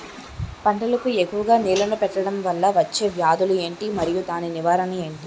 పంటలకు ఎక్కువుగా నీళ్లను పెట్టడం వలన వచ్చే వ్యాధులు ఏంటి? మరియు దాని నివారణ ఏంటి?